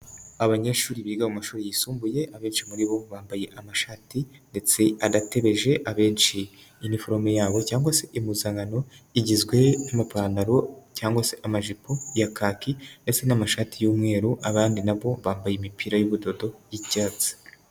Abanyeshuri biga mu mashuri yisumbuye abenshi muri bo bambaye amashati ndetse adatebeje, abenshi iniforome yabo cyangwa se impuzankano igizwe n'amapantaro cyangwa se amajipo ya kaki ndetse n'amashati y'umweru, abandi na bo bambaye imipira y'ubudodo y'icyatsi.